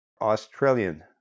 Australian